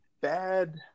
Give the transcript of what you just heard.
bad